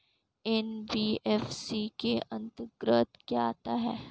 NBFC के अंतर्गत क्या आता है?